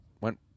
went